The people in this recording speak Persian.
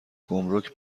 گمرک